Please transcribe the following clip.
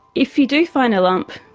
if you do find a lump,